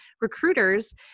recruiters